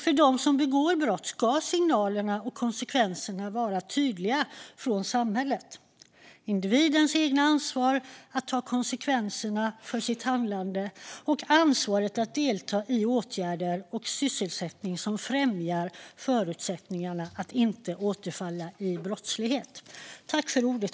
För dem som begår brott ska signalerna och konsekvenserna vara tydliga från samhället när det gäller individens eget ansvar att ta konsekvenserna för sitt handlande och ansvaret att delta i åtgärder och sysselsättning som främjar förutsättningarna att inte återfalla i brottslighet.